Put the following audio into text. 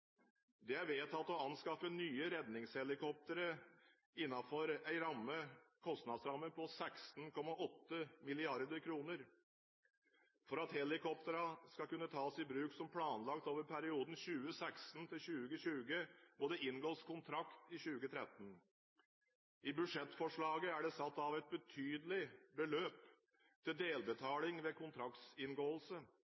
Det er vedtatt å anskaffe nye redningshelikoptre innenfor en kostnadsramme på 16,8 mrd. kr. For at helikoptrene skal kunne tas i bruk som planlagt over perioden 2016–2020, må det inngås kontrakt i 2013. I budsjettforslaget er det satt av et betydelig beløp til